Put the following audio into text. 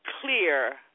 clear